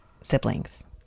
siblings